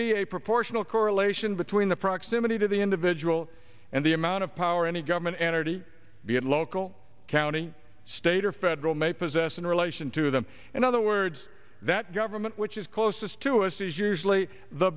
a proportional correlation between the proximity to the individual and the amount of power any government entity be it local county state or federal may possess in relation to them and the words that government which is closest to us is usually the